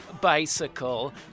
bicycle